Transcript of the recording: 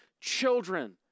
children